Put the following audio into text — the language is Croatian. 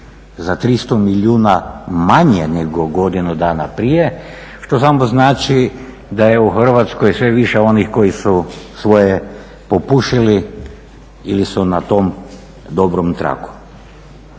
za 300 milijuna manje nego godinu dana prije, što samo znači da je u Hrvatskoj sve više onih koji su svoje popušili ili su na tom dobrom tragu.